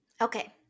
okay